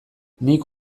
nik